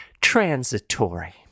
transitory